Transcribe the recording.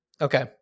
Okay